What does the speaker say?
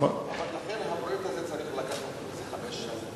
אבל לכן הפרויקט הזה צריך לקחת חמש שנים,